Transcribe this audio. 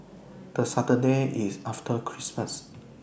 The Saturday IS after Christmas